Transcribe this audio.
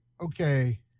Okay